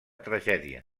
tragèdia